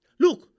Look